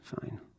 Fine